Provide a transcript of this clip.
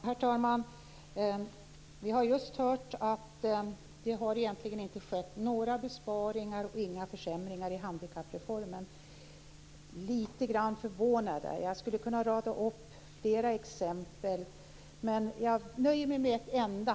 Herr talman! Vi har just hört att det egentligen inte har skett några besparingar eller försämringar i handikappreformen. Jag är litet grand förvånad. Jag skulle kunna rada upp flera exempel, men jag nöjer mig med ett enda.